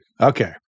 okay